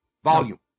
Volume